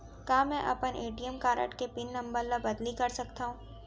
का मैं अपन ए.टी.एम कारड के पिन नम्बर ल बदली कर सकथव?